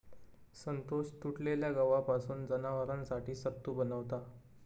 संतोष तुटलेल्या गव्हापासून जनावरांसाठी सत्तू बनवता